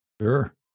Sure